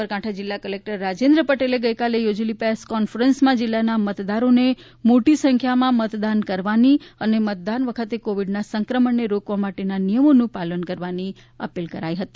સાબરકાંઠા જિલ્લા કલેક્ટર રાજેન્દ્ર પટેલે ગઈકાલે યોજેલી પ્રેસ કોન્ફરન્સમાં જિલ્લાના મતદારોને મોટી સંખ્યામાં મતદાન કરવાની અને મતદાન વખતે કોવિડના સંક્રમણને રોકવા માટેના નિયમોનું પાલન કરવાની અપીલ કરી હતી